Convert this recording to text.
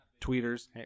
tweeters